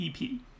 EP